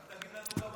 תגיד לנו כמה,